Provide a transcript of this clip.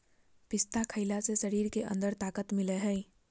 पिस्ता खईला से शरीर के अंदर से ताक़त मिलय हई